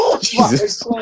Jesus